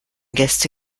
gäste